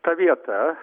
ta vieta